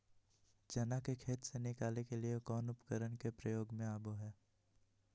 चना के खेत से निकाले के लिए कौन उपकरण के प्रयोग में आबो है?